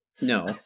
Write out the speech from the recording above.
no